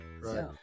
Right